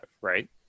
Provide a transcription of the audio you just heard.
right